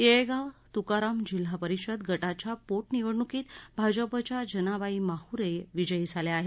येळेगाव तुकाराम जिल्हापरिषद गटाच्या पोट निवडणुकीत भाजपच्या जनाबाई माहुरे या विजयी झाल्या आहेत